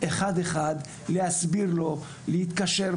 אחד אחד, להסביר לו, להתקשר.